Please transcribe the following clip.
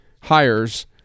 hires